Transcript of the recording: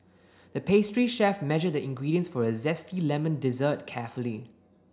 the pastry chef measured the ingredients for a zesty lemon dessert carefully